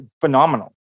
phenomenal